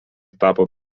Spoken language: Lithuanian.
tapo